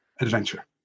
adventure